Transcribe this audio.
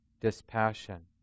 dispassion